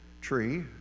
tree